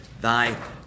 thy